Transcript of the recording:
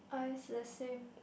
I is the same